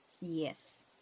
Yes